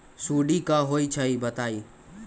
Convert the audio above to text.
सुडी क होई छई बताई?